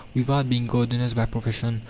without being gardeners by profession,